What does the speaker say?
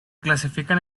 clasifican